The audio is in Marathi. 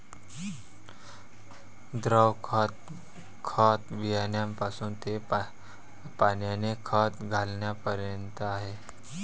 द्रव खत, खत बियाण्यापासून ते पाण्याने खत घालण्यापर्यंत आहे